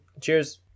Cheers